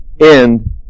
end